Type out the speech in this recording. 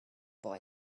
boy